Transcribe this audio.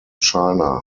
china